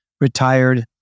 retired